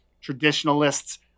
traditionalists